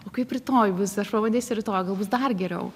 o kaip rytoj bus aš pabandysiu rytoj bus dar geriau